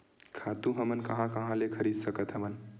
खातु हमन कहां कहा ले खरीद सकत हवन?